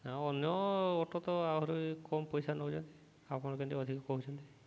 ନା ଅନ୍ୟ ଅଟୋ ତ ଆହୁରି କମ୍ ପଇସା ନଉଚନ୍ତି ଆପଣ କେମିତି ଅଧିକ କହୁଛନ୍ତି